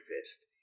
Fist